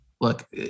look